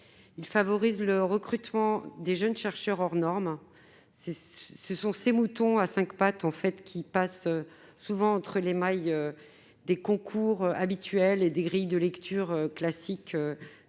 Il favorise le recrutement de jeunes chercheurs hors norme, ces moutons à cinq pattes qui passent souvent entre les mailles des concours habituels et des grilles de lecture classiques